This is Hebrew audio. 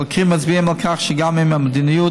חוקרים מצביעים על כך שגם אם המדיניות